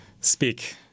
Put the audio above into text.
speak